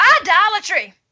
Idolatry